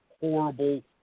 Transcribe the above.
horrible